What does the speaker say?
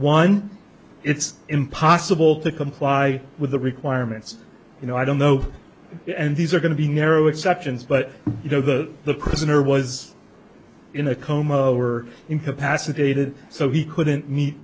one it's impossible to comply with the requirements you know i don't know and these are going to be narrow exceptions but you know that the prisoner was in a coma over incapacitated so he couldn't meet